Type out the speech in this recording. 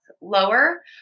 lower